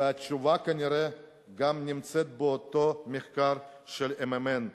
וכנראה גם התשובה נמצאת באותו מחקר של הממ"מ.